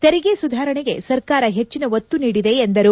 ತೆರಿಗೆ ಸುಧಾರಣೆಗೆ ಸರ್ಕಾರ ಹೆಟ್ಟನ ಒತ್ತು ನೀಡಿದೆ ಎಂದರು